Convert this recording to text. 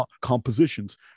compositions